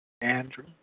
Andrew